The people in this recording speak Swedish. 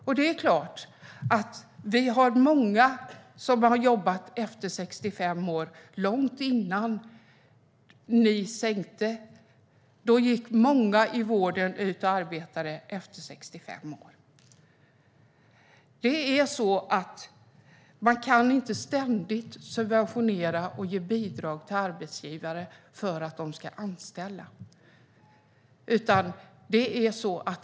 Men det är klart att vi hade många som jobbade efter 65 år i vården långt innan ni gjorde sänkningen. Man kan inte ständigt subventionera och ge bidrag till arbetsgivare för att de ska anställa.